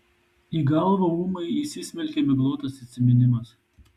į galvą ūmai įsismelkia miglotas atsiminimas